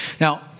Now